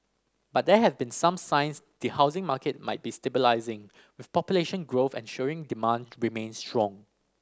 but there have been some signs the housing market might be stabilising with population growth ensuring demand remains strong